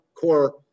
core